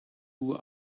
who